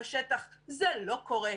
בשטח זה לא קורה.